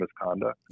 misconduct